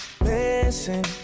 Listen